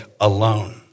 alone